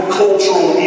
cultural